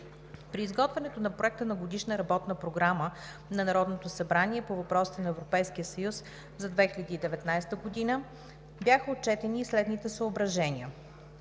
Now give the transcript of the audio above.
При изготвянето на Проекта на Годишна работна програма на Народното събрание по въпросите на Европейския съюз за 2019 г. бяха отчетени и следните съображения: